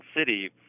city